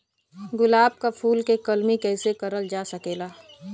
गुलाब क फूल के कलमी कैसे करल जा सकेला?